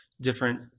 different